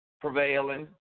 prevailing